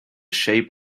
shape